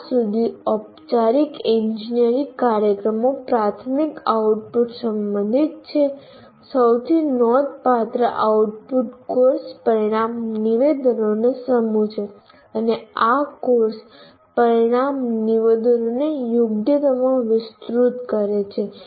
જ્યાં સુધી ઔપચારિક ઇજનેરી કાર્યક્રમો પ્રાથમિક આઉટપુટ સંબંધિત છે સૌથી નોંધપાત્ર આઉટપુટ કોર્સ પરિણામ નિવેદનોનો સમૂહ છે અને આ કોર્સ પરિણામ નિવેદનોને યોગ્યતામાં વિસ્તૃત કરે છે